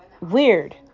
weird